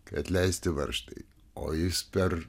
kai atleisti varžtai o jis per